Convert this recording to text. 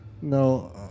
no